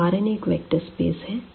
तो Rn एक vector space है